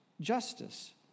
justice